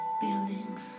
buildings